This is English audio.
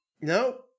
No